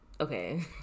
Okay